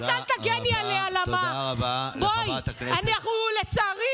תודה רבה לחברת הכנסת,